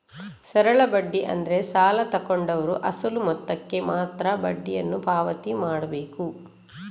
ಸರಳ ಬಡ್ಡಿ ಅಂದ್ರೆ ಸಾಲ ತಗೊಂಡವ್ರು ಅಸಲು ಮೊತ್ತಕ್ಕೆ ಮಾತ್ರ ಬಡ್ಡಿಯನ್ನು ಪಾವತಿ ಮಾಡ್ಬೇಕು